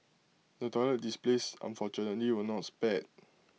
the toilet displays unfortunately were not spared